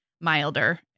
milder